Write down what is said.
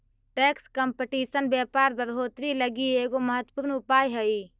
tax competition व्यापार बढ़ोतरी लगी एगो महत्वपूर्ण उपाय हई